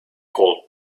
called